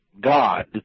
god